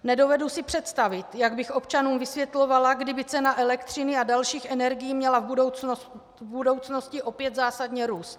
Nedovedu si představit, jak bych občanům vysvětlovala, kdyby cena elektřiny a dalších energií měla v budoucnosti opět zásadně růst.